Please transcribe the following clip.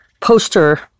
poster